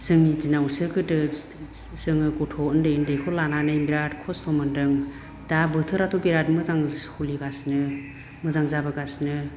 जोंनि दिनावसो गोदो जोङो गथ' उन्दै उन्दैखौ लानानै बिराथ खस्थ' मोन्दों दा बोथोराथ' बिराथ मोजां सोलिगासिनो मोजां जाबोगासिनो